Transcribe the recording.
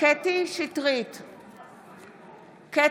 קטי קטרין שטרית,